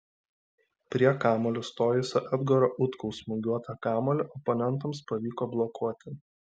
prie kamuolio stojusio edgaro utkaus smūgiuotą kamuolį oponentams pavyko blokuoti